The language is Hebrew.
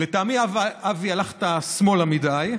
לטעמי, אבי, הלכת שמאלה מדי,